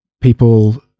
people